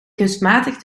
kunstmatig